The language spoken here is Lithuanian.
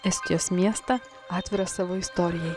estijos miestą atvirą savo istorijai